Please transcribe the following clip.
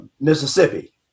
Mississippi